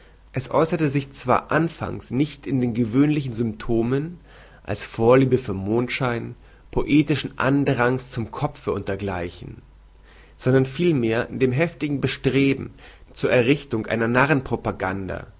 es äußerte sich zwar anfangs nicht in den gewöhnlichen symptomen als vorliebe für mondschein poetischen andrangs zum kopfe und dergleichen sondern vielmehr in dem heftigen bestreben zur errichtung einer